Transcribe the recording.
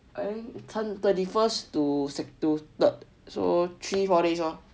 thirty first to third so three more days lor